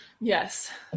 Yes